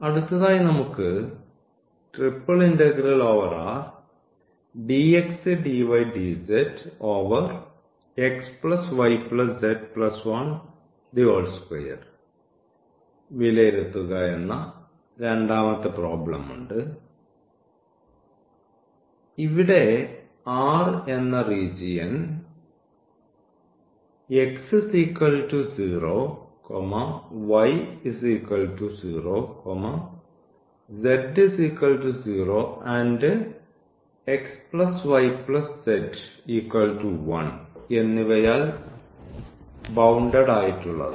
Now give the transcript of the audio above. അടുത്തതായി നമുക്ക് വിലയിരുത്തുക എന്ന രണ്ടാമത്തെ പ്രോബ്ലം ഉണ്ട് ഇവിടെ R എന്ന റീജിയൻ എന്നിവയാൽ ബൌണ്ടഡ് ആയിട്ടുള്ളതാണ്